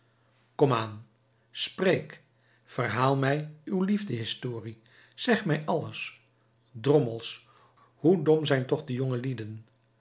vervangen komaan spreek verhaal mij uw liefdehistorie zeg mij alles drommels hoe dom zijn toch de